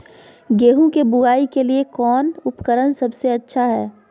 गेहूं के बुआई के लिए कौन उपकरण सबसे अच्छा है?